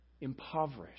impoverished